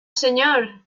señor